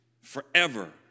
forever